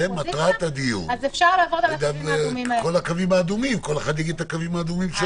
אפשר לעבוד על הקווים האדומים האלה.